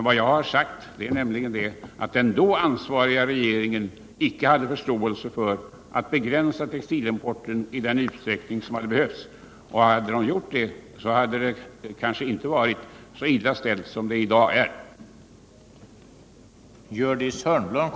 Vad jag har sagt är att den då ansvariga regeringen inte hade någon förståelse för att begränsa textilimporten i den utsträckning som hade behövts. I så fall hade det kanske inte varit så illa ställt som det är i dag.